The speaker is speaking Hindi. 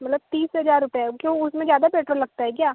मतलब तीस हजार रुपये क्यों उसमें ज़्यादा पेट्रोल लगता है क्या